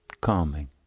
calming